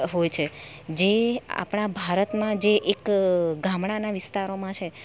હોય છે જે આપણા ભારતમાં જે એક ગામડાના વિસ્તારોમાં છે